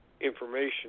Information